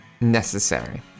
necessary